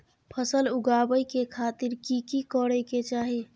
फसल उगाबै के खातिर की की करै के चाही?